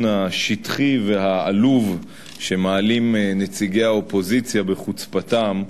השטחי והעלוב שמעלים נציגי האופוזיציה בחוצפתם,